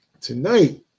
tonight